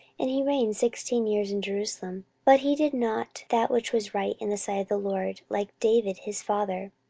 and he reigned sixteen years in jerusalem but he did not that which was right in the sight of the lord, like david his father